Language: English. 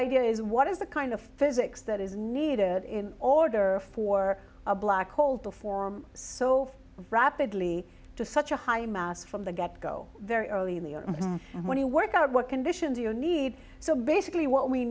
idea is what is the kind of physics that is needed in order for a black hole to form so rapidly to such a high mass from the get go very early in the year when you work out what conditions you need so basically what we